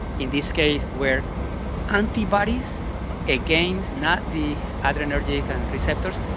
in this case were antibodies against not the adrenergic and receptors,